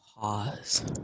pause